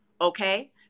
okay